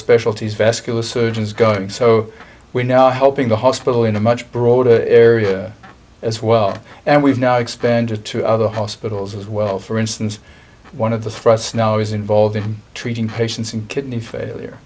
specialties vascular surgeons go so we know helping the hospital in a much broader area as well and we've now expanded to other hospitals as well for instance one of the for us now is involved in treating patients in kidney failure